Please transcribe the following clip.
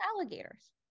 alligators